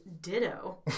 ditto